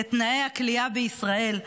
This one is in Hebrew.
את תנאי הכליאה בישראל,